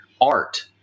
art